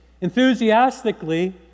enthusiastically